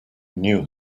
knew